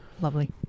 Lovely